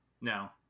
No